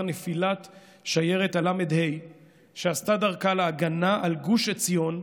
נפילת שיירת הל"ה שעשתה דרכה להגנה על גוש עציון,